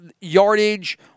yardage